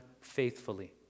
faithfully